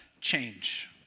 change